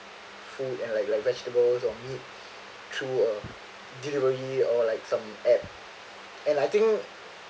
food and like like vegetable or meat through uh delivery or like some app and I think